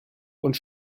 und